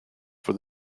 for